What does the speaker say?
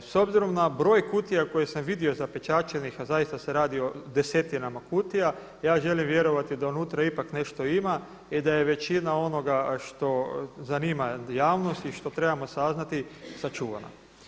S obzirom na broj kutija koje sam vidio zapečaćenih, a zaista se radi o desetinama kutija, ja želim vjerovati da unutra ipak nešto ima i da je većina onoga što zanima javnost i što trebamo saznati sačuvana.